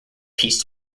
peace